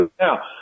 now